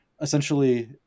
essentially